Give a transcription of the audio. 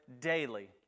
daily